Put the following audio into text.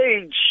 age